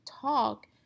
talk